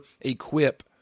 equip